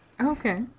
Okay